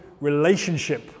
relationship